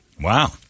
Wow